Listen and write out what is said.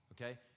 okay